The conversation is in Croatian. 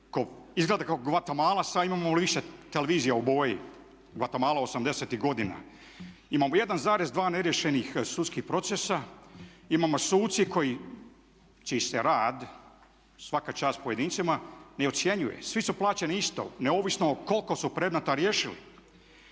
izgleda kao Gvatemala, imamo više televizija u boji, Gvatemala '80.-ih godina. Imamo 1,2 neriješenih sudskih procesa. Imamo suci koji, čiji se rad, svaka čast pojedincima ne ocjenjuje, svi su plaćeni isto, neovisno koliko su predmeta riješili.